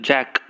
Jack